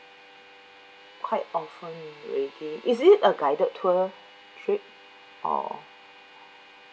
quite often already is it a guided tour trip or